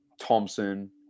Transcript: Thompson